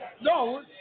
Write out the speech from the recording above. No